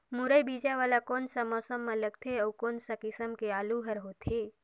मुरई बीजा वाला कोन सा मौसम म लगथे अउ कोन सा किसम के आलू हर होथे?